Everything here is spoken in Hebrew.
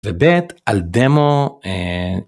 בבית על דמו אהההההההה